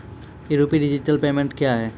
ई rupee digital payment क्या हैं?